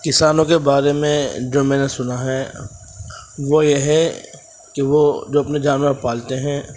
کسانوں کے بارے میں جو میں نے سنا ہے وہ یہ ہے کہ وہ جو اپنے جانور پالتے ہیں